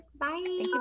Bye